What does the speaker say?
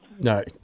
No